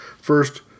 First